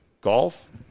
Golf